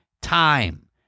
time